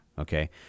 Okay